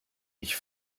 ich